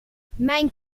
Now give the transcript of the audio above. mijn